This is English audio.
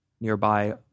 nearby